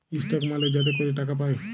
stock মালে যাতে ক্যরে টাকা পায়